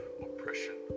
oppression